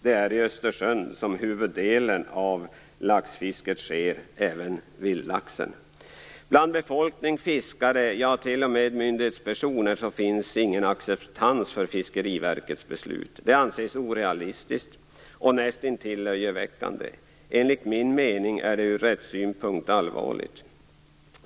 Det är i Östersjön som huvuddelen av laxfisket sker - Bland befolkningen, fiskare, ja t.o.m. myndighetspersoner finns ingen acceptans för Fiskeriverkets beslut. Det anses orealistiskt och nästintill löjeväckande. Enligt min mening är det ur rättssynpunkt allvarligt.